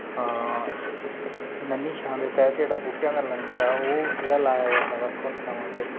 ਨੰਨ੍ਹੀ ਛਾਂ ਦੇ ਤਹਿਤ ਜਿਹੜਾ ਬੂਟਿਆਂ ਦਾ ਲੰਗਰ ਆ ਉਹ ਜਿਹੜਾ ਲਾਇਆ ਜਾਂਦਾ ਵੱਖ ਥਾਵਾਂ 'ਤੇ